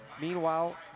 Meanwhile